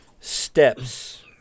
steps